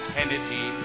Kennedy